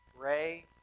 Ray